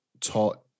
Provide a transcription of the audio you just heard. taught